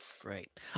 Great